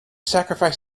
sacrifice